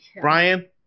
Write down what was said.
Brian